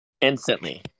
Instantly